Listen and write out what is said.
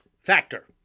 factor